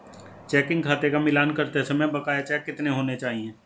Checking खाते का मिलान करते समय बकाया चेक कितने होने चाहिए?